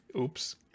Oops